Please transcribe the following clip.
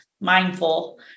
mindful